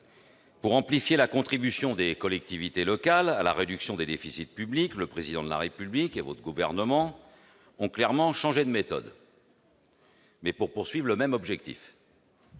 Pour amplifier la contribution des collectivités locales à la réduction des déficits publics, le Président de la République et le Gouvernement ont clairement changé de méthode, mais pour atteindre le même objectif